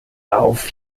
auf